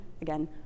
again